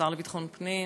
השר לביטחון הפנים,